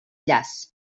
llaç